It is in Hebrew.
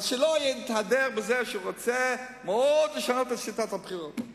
אז שלא יתהדר בזה שהוא רוצה מאוד לשנות את שיטת הבחירות.